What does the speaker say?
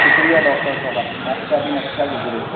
شکریہ ڈاکٹر صاحب آپ کا دن اچھا گزرے